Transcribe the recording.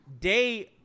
day